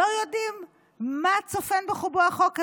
לא יודעים מה צופן בחובו החוק הזה,